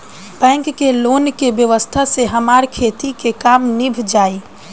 bank के loan के व्यवस्था से हमार खेती के काम नीभ जाई